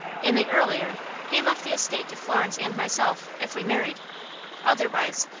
in the earlier he left the estate to florence and myself, if we married otherwise,